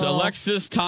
Alexis